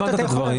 הבנת את הדברים,